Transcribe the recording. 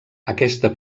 aquesta